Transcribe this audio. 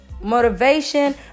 motivation